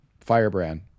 firebrand